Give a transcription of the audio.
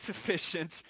sufficient